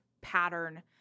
pattern